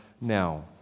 now